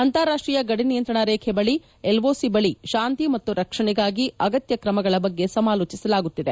ಅಂತಾರಾಷ್ಷೀಯ ಗಡಿನಿಯಂತ್ರಣ ರೇವೆ ಬಳಿ ಎಲ್ಒಸಿ ಬಳಿ ಶಾಂತಿ ಮತ್ತು ರಕ್ಷಣೆಗಾಗಿ ಅಗತ್ಯ ಕ್ರಮಗಳ ಬಗ್ಗೆ ಸಮಾಲೋಚಿಸಲಾಗುತ್ತಿದೆ